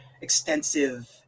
extensive